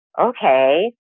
okay